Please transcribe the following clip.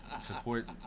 Support